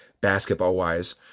basketball-wise